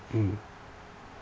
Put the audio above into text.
mm